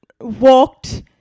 walked